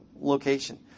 location